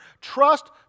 Trust